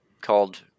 called